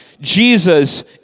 Jesus